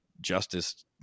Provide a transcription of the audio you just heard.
justice